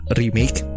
remake